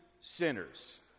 sinners